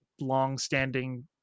long-standing